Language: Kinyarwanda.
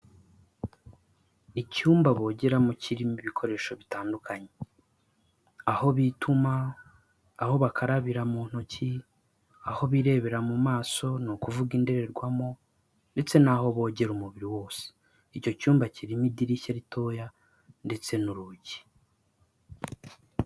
Icyumba bogeramo kirimo ibikoresho bitandukanye, aho bituma aho bakarabira mu ntoki, aho birebera mu maso ni ukuvuga indorerwamo ndetse n'aho bogera umubiri wose. Icyo cyumba kirimo idirishya ritoya ndetse n'urugi.